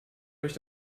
euch